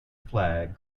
flag